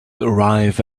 arrive